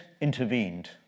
intervened